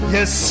Yes